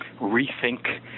rethink